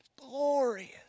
Glorious